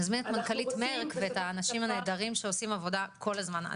נזמין את מנכ"לית מרק ואת האנשים הנהדרים שעושים עבודה כל הזמן.